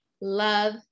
love